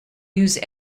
use